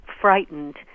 frightened